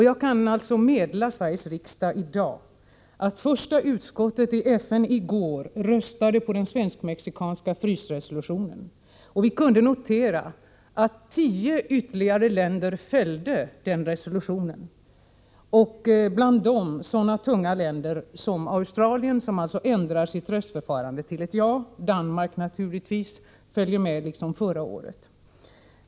Jag kan meddela Sveriges riksdag i dag att första utskottet i FN i går röstade om den svensk-mexikanska frysresolutionen. Vi kunde notera att ytterligare tio länder följde resolutionen, bland dem sådana tunga stater som Australien — som alltså ändrat sin röstning till ett ja. Danmark följde också med, liksom förra året.